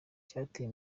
cyateye